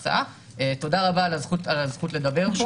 תודה רבה על הזכות לדבר פה.